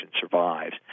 survives